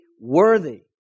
worthy